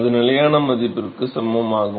அது நிலையான மதிப்பிற்கு சமமாகும்